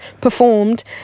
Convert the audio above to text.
performed